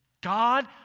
God